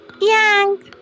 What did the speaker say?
yang